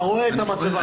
אתה רואה את המצבה.